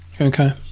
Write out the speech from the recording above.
okay